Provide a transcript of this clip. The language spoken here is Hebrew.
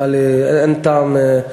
אין טעם.